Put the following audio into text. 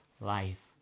life